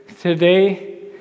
today